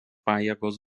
pajėgos